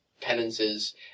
penances